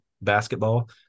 basketball